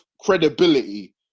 credibility